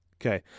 Okay